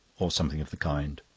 or something of the kind,